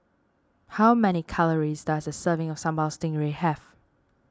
how many calories does a serving of Sambal Stingray have